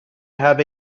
have